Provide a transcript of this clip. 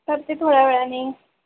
करते थोड्या वेळाने